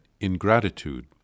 ingratitude